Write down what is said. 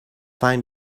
find